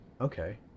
okay